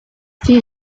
the